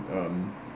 um